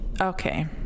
Okay